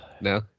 No